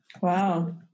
Wow